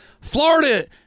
Florida